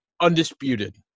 undisputed